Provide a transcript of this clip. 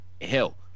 hell